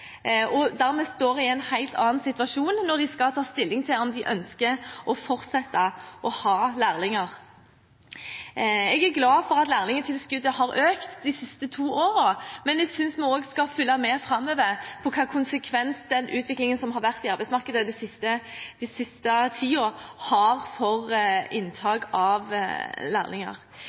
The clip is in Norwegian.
og dermed står i en helt annen situasjon når de skal ta stilling til om de ønsker å fortsette å ha lærlinger. Jeg er glad for at lærlingtilskuddet har økt de siste to årene, men jeg synes vi også skal følge med framover på hvilke konsekvenser den utviklingen som har vært i arbeidsmarkedet den siste tiden, har for inntak av lærlinger.